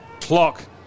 clock